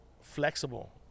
flexible